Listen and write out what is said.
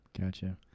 Gotcha